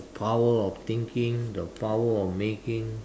power of thinking the power of making